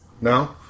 No